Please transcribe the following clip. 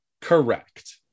Correct